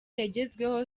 yagezweho